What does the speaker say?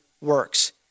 works